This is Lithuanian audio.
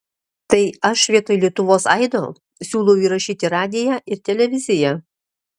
tai aš vietoj lietuvos aido siūlau įrašyti radiją ir televiziją